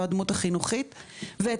את הדמות המטפלת או הדמות החינוכית ואת